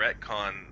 retcon